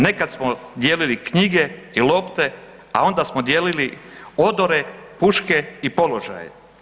Nekad smo dijelili knjige i lopte, a onda smo dijelili odore, puške i položaje.